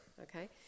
Okay